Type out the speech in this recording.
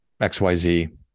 XYZ